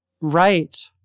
Right